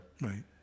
Right